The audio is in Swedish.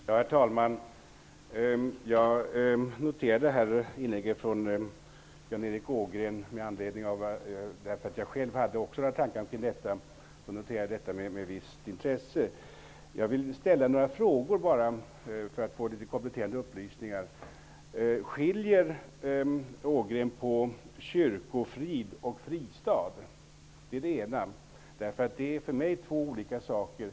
Herr talman! Jag noterade inlägget från Jan Erik Ågren med visst intresse, därför att jag själv hade några tankar omkring detta. Jag vill bara ställa några frågor för att få kompletterande upplysningar. Skiljer Ågren på kyrkofrid och fristad? Det är för mig två olika saker.